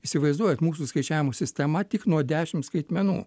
įsivaizduojat mūsų skaičiavimo sistema tik nuo dešimt skaitmenų